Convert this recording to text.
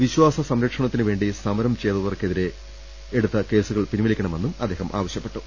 വിശ്വാസ സംരക്ഷണത്തിനുവേണ്ടി സമരം ചെയ്തവർക്കെതിരായ കേസുകൾ പിൻവലിക്കണമെന്നും അദ്ദേഹം പറഞ്ഞു